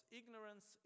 ignorance